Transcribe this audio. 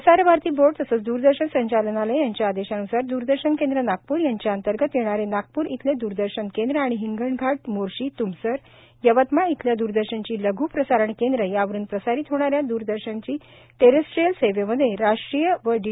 प्रसार भारती बोर्ड तसेच द्रदर्शन संचालनालय यांच्या आदेशानुसार द्रदर्शन केंद्र नागपूर यांच्या अंतर्गत येणारे नागपूर येथील दूरदर्शन केंद्र आणि हिंगणघाट मोर्शी त्मसर यवतमाल येथील द्रदर्शनची लघ् प्रसारण केंद्र यावरुन प्रसारत होणा या दूरदर्शनची टेरेस्ट्रियल सेवेमध्ये राष्ट्रीय व डी